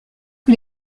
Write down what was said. que